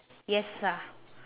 yes ah